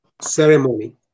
ceremony